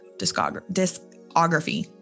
discography